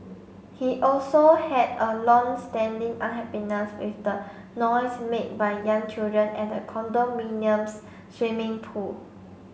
he also had a long standing unhappiness with the noise made by young children at the condominium's swimming pool